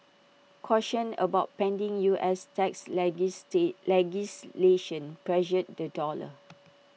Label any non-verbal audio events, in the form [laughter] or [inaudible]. caution about pending U S tax [unintelligible] legislation pressured the dollar